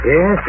Yes